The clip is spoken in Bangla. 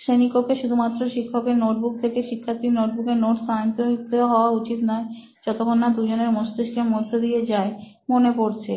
শ্রেণিকক্ষে শুধুমাত্র শিক্ষকের নোটবুক থেকে শিক্ষার্থীর নোটবুকে নোটস স্থানান্তরিত হওয়া উচিত নয় যতক্ষণ না দুজনের মস্তিষ্কের মধ্য দিয়ে যায় মনে পড়ছে